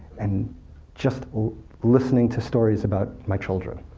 and just listening to stories about my children.